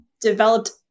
developed